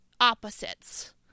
opposites